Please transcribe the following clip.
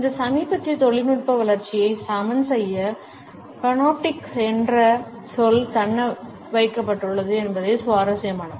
இந்த சமீபத்திய தொழில்நுட்ப வளர்ச்சியை சமன் செய்ய பனோப்டிக் என்ற சொல் தக்கவைக்கப்பட்டுள்ளது என்பது சுவாரஸ்யமானது